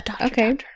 okay